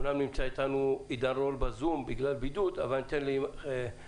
נמצא אתנו עידן רול ב-זום אבל נאפשר לחברת הכנסת